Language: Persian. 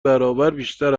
برابربیشتر